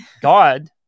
God